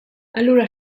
allura